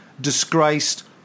disgraced